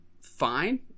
fine